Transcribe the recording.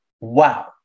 Wow